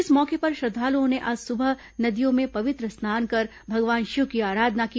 इस मौके पर श्रद्दालुओं ने आज सुबह नदियों में पवित्र स्नान कर भगवान शिव की आराधना की